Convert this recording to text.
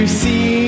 see